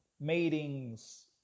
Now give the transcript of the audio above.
meetings